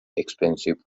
expensive